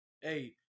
Hey